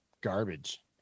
garbage